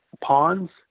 ponds